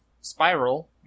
spiral